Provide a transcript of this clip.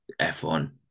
F1